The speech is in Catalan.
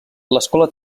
l’escola